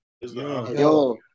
Yo